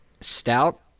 Stout